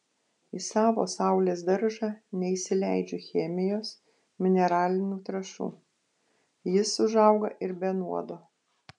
į savo saulės daržą neįsileidžiu chemijos mineralinių trąšų jis užauga ir be nuodo